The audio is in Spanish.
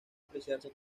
apreciarse